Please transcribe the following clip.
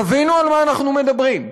תבינו על מה אנחנו מדברים.